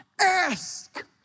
Ask